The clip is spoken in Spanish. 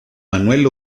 manuel